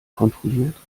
kontrolliert